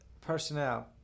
personnel